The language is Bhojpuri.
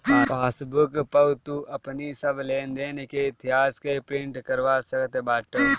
पासबुक पअ तू अपनी सब लेनदेन के इतिहास के प्रिंट करवा सकत बाटअ